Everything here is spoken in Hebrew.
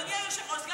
אדוני היושב-ראש,